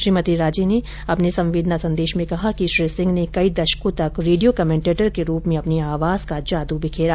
श्रीमती राजे ने अपने संवेदना संदेश में कहा कि श्री सिंह ने कई दशकों तक रेडियो कमेंटेटर के रूप में अपनी आवाज का जादू बिखेरा